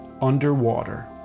Underwater